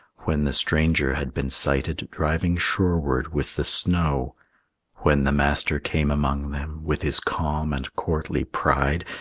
when the stranger had been sighted driving shoreward with the snow when the master came among them with his calm and courtly pride,